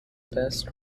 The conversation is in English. best